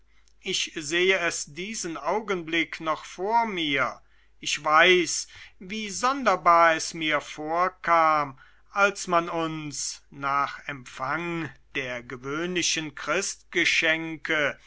ich sehe es diesen augenblick noch vor mir ich weiß wie sonderbar es mir vorkam als man uns nach empfang der gewöhnlichen